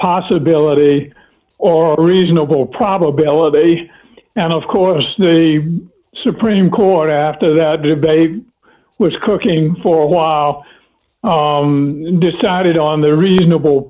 possibility or a reasonable probability and of course the supreme court after that debate was cooking for a while decided on the reasonable